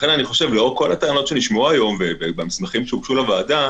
לכן לאור כל הטענות שנשמעו היום ובמסמכים שהוגשו לוועדה,